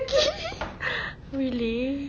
really